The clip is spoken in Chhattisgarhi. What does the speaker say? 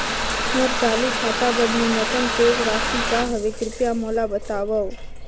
मोर चालू खाता बर न्यूनतम शेष राशि का हवे, कृपया मोला बतावव